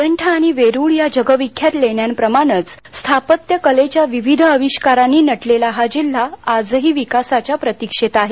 अजंठा आणि वेरुळ या जगविख्यात लेण्याप्रमाणच स्थापत्य कलेच्या विविध अविष्कारांनी नटलेला हा जिल्हा आजही विकासाच्या प्रतिक्षेत आहे